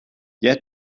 yet